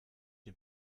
den